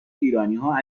ایرانیها